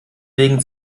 wegen